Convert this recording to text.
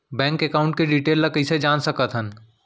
Bank account के detail ल कइसे जान सकथन?